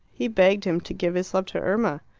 he begged him to give his love to irma.